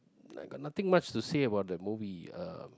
I got nothing much to say about the movie uh